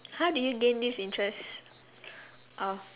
how did you gain this interest of